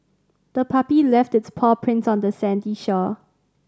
the puppy left its paw prints on the sandy shore